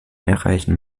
erreichen